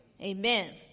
Amen